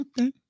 Okay